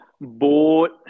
Boat